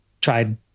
tried